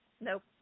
Nope